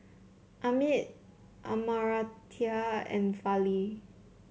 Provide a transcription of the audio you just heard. Amit Amartya and Fali